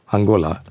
Angola